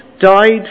died